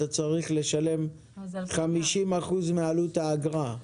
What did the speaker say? אתה צריך לשלם 50 אחוזים מעלות האגרה.